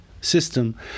system